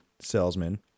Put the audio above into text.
salesman